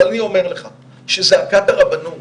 אבל אני אומר לך שזעקת הרבנות